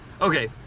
Okay